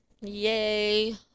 Yay